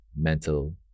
mental